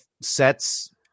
sets